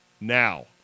Now